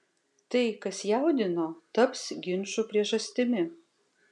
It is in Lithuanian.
tai kas jaudino taps ginčų priežastimi